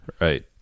Right